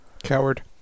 Coward